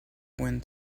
wind